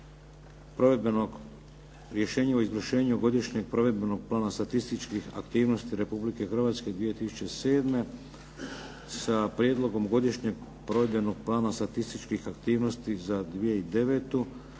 provedbenog, rješenju o izvršenju godišnjeg provedbenog plana statističkih aktivnosti Republike Hrvatske 2007. sa Prijedlogom godišnjeg provedbenog plana statističkih aktivnosti za 2009.